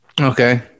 Okay